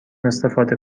استفاده